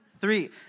three